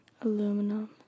Aluminum